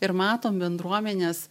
ir matom bendruomenės